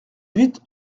huit